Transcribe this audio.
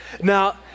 now